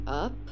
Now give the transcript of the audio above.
up